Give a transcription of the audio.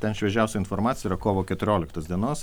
ten šviežiausia informacija yra kovo keturioliktos dienos